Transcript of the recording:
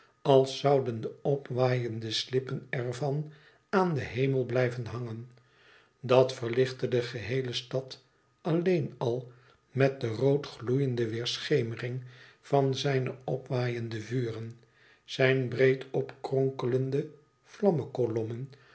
als zouden de opwaaiende slippen ervan aan den hemel blijven hangen dat verlichtte de geheele stad alleen al met de rood gloeiende weêrschemering van zijne opwaaiende vuren zijn breed opkronkelende